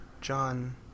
John